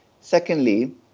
Secondly